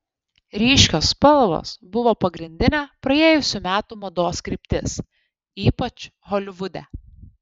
ryškios spalvos buvo pagrindinė praėjusių metų mados kryptis ypač holivude